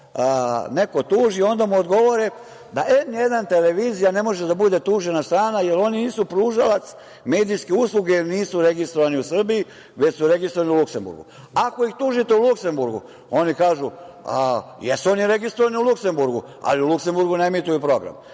neko tuži, onda mu odgovore da N1 televizija ne može da bude tužena strana, jer oni nisu pružalac medijske usluge jer nisu registrovani u Srbiji, već su registrovani u Luksemburgu. Ako ih tužite u Luksemburgu, oni kažu – jesu oni registrovani u Luksemburgu, ali Luksemburgu ne emituju program. Ja